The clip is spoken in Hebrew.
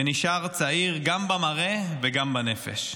והוא נישאר צעיר גם במראה וגם בנפש.